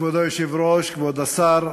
כבוד היושב-ראש, כבוד השר,